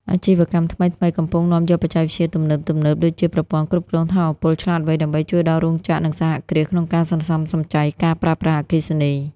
អាជីវកម្មថ្មីៗ កំពុងនាំយកបច្ចេកវិទ្យាទំនើបៗដូចជា ប្រព័ន្ធគ្រប់គ្រងថាមពលឆ្លាតវៃ ដើម្បីជួយដល់រោងចក្រ និងសហគ្រាសក្នុងការសន្សំសំចៃការប្រើប្រាស់អគ្គិសនី។